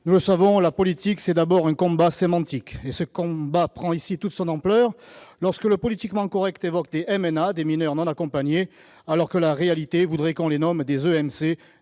nous le savons, la politique, c'est d'abord un combat sémantique. Et ce combat prend ici toute son ampleur lorsque le politiquement correct évoque des MNA, des mineurs non accompagnés, alors que la réalité voudrait qu'on les nomme des EMC,